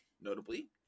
Notably